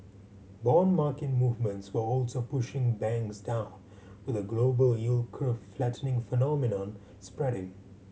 bond market movements were also pushing banks down with a global yield curve flattening phenomenon spreading